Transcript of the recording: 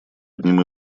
одним